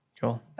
cool